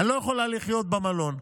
אני לא יכולה לחיות במלון.